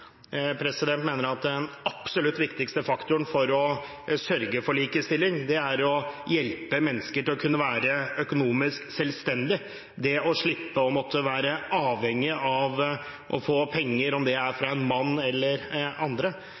– mener jeg den absolutt viktigste faktoren for å sørge for likestilling er å hjelpe mennesker til å kunne være økonomisk selvstendig og slippe å være avhengig av å få penger – om det er fra en mann aller andre.